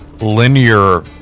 linear